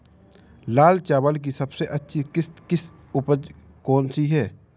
लाल चावल की सबसे अच्छी किश्त की उपज कौन सी है?